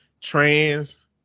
trans